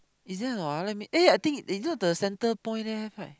is there a not ah let me eh inside the Centerpoint there have right